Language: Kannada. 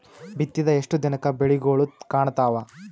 ಬಿತ್ತಿದ ಎಷ್ಟು ದಿನಕ ಬೆಳಿಗೋಳ ಕಾಣತಾವ?